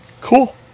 Cool